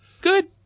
Good